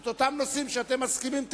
ואת אותם נושאים שעליהם אתם מסכימים תלבנו?